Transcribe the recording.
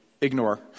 ignore